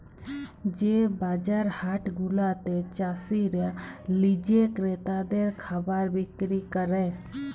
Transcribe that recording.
যে বাজার হাট গুলাতে চাসিরা লিজে ক্রেতাদের খাবার বিক্রি ক্যরে